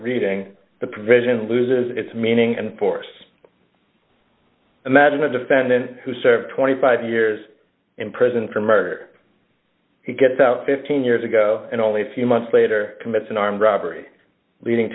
reading the provision loses its meaning and force imagine a defendant who served twenty five years in prison for murder he gets out fifteen years ago and only a few months later commits an armed robbery leading